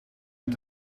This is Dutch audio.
met